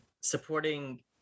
supporting